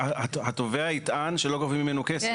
התובע יטען שלא גובים ממנו כסף?